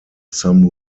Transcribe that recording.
some